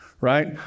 right